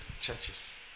churches